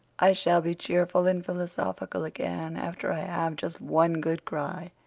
i shall be cheerful and philosophical again after i have just one good cry.